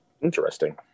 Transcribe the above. Interesting